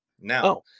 now